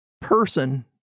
person